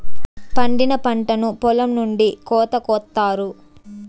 పండిన పంటను పొలం నుండి కోత కొత్తారు